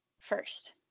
first